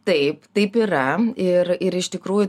taip taip yra ir ir iš tikrųjų